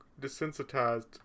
desensitized